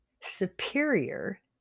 superior